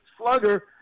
slugger